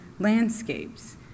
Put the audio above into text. landscapes